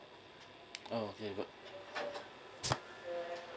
oh okay good